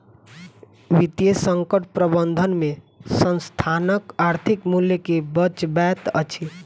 वित्तीय संकट प्रबंधन में संस्थानक आर्थिक मूल्य के बचबैत अछि